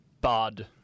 Bud